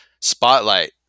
spotlight